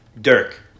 Dirk